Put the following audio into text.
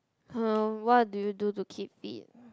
!huh! what do you do to keep fit